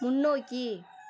முன்னோக்கி